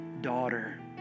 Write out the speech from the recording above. daughter